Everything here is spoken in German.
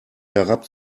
herab